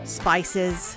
spices